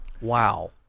Wow